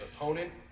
opponent